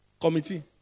committee